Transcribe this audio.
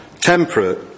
temperate